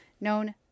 known